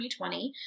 2020